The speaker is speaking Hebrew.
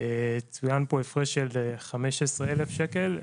צוין פה הפרש של 15,000 שקל.